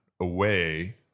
away